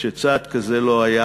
שצעד כזה לא היה,